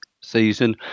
season